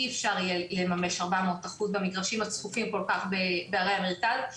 אי אפשר יהיה לממש 400% במגרשים הצפופים כל כך בערי המרכז.